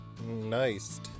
nice